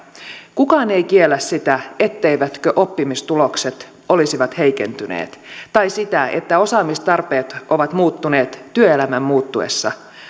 kukaan ei kiellä sitä etteivätkö oppimistulokset olisi heikentyneet tai sitä että osaamistarpeet ovat muuttuneet työelämän muuttuessa